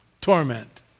Torment